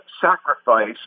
sacrifice